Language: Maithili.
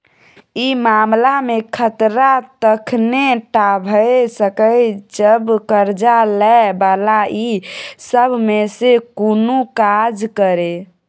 ई मामला में खतरा तखने टा भेय सकेए जब कर्जा लै बला ई सब में से कुनु काज करे